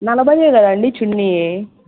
నలభై కదండి చున్నీ